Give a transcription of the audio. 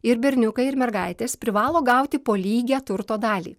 ir berniukai ir mergaitės privalo gauti po lygią turto dalį